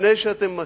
לפני שאתם מצביעים,